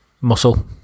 muscle